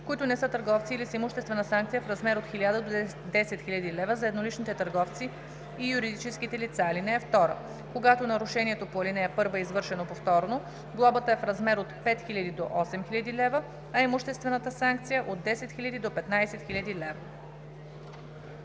които не са търговци, или с имуществена санкция в размер от 1000 до 10 000 лв. – за едноличните търговци и юридическите лица. (2) Когато нарушението по ал. 1 е извършено повторно, глобата е в размер от 5000 до 8000 лв., а имуществената санкция – от 10 000 до 15 000 лв.“